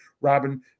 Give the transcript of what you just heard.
robin